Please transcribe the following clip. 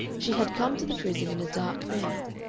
she had come to the prison in a dark veil,